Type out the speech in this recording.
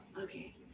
okay